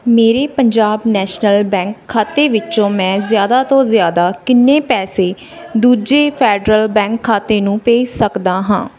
ਮੇਰੇ Punjab national bank ਖਾਤੇ ਵਿੱਚੋ ਮੈਂ ਜ਼ਿਆਦਾ ਤੋਂ ਜ਼ਿਆਦਾ ਕਿੰਨੇ ਪੈਸੇ ਦੂਜੇ ਫੈਡਰਲ ਬੈਂਕ ਖਾਤੇ ਨੂੰ ਭੇਜ ਸਕਦਾ ਹਾਂ